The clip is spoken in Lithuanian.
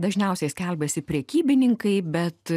dažniausiai skelbiasi prekybininkai bet